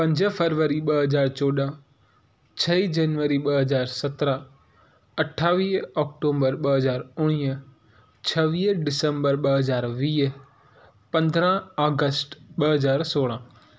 पंज फरवरी ॿ हज़ार चौॾहं छह जनवरी ॿ हज़ार सत्रहं अठावीह ऑक्टोबर ॿ हज़ार उणिवीह छवीह डिसम्बर ॿ हज़ार वीह पंद्रहं आगस्ट ॿ हज़ार सोरहं